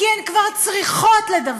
כי הן כבר צריכות לדווח,